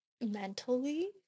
mentally